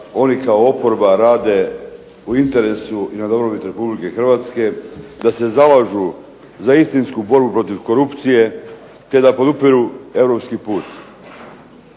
oni kao oporba rade u interesu i na dobrobit Republike Hrvatske, da se zalažu za istinsku borbu protiv korupcije te da podupiru europski put.